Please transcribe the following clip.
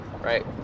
right